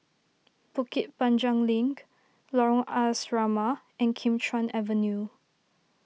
Bukit Panjang Link Lorong Asrama and Kim Chuan Avenue